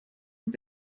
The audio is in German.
und